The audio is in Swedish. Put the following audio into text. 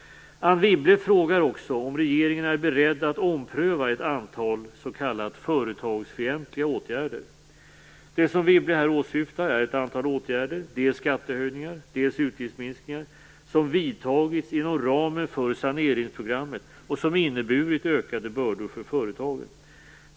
Anne Wibble frågar också om regeringen är beredd att ompröva ett antal "företagsfientliga åtgärder". Det som Wibble här åsyftar är ett antal åtgärder, dels skattehöjningar, dels utgiftsminskningar, som vidtagits inom ramen för saneringsprogrammet och som inneburit ökade bördor för företagen.